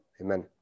amen